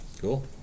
Cool